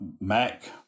Mac